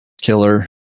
killer